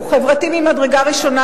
הוא חברתי ממדרגה ראשונה,